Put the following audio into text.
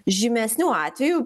žymesnių atvejų